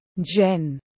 Jen